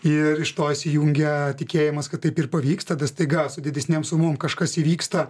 ir iš to įsijungia tikėjimas kad taip ir pavyks tada staiga su didesnėm sumom kažkas įvyksta